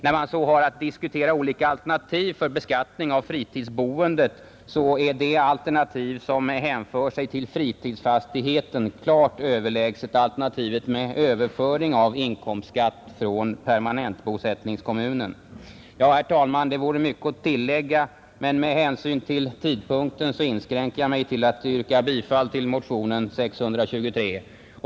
När man så har att diskutera olika alternativ för beskattning av fritidsboendet är det alternativ som hänför sig till fritidsfastigheten klart överlägset alternativet med överföring av inkomstskatt från permanentbosättningskommunen, Herr talman! Det vore mycket att tillägga, men med hänsyn till tidpunkten inskränker jag mig till att yrka bifall till motionen 623.